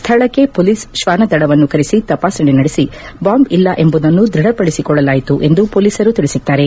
ಸ್ವಳಕ್ಕೆ ಪೊಲೀಸ್ ಶ್ವಾನ ದಳವನ್ನು ಕರೆಸಿ ತಪಾಸಣೆ ನಡೆಸಿ ಬಾಂಬ್ ಇಲ್ಲ ಎಂಬುದನ್ನು ದೃಢಪಡಿಸಿಕೊಳ್ಲಾಯಿತು ಎಂದು ಪೊಲೀಸರು ತಿಳಿಸಿದ್ದಾರೆ